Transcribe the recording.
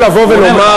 הוא אומר לך,